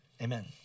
Amen